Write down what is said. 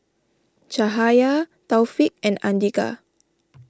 Cahaya Taufik and andika